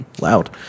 loud